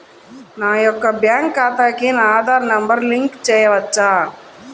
నా యొక్క బ్యాంక్ ఖాతాకి నా ఆధార్ నంబర్ లింక్ చేయవచ్చా?